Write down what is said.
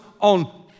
on